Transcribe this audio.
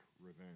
revenge